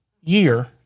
year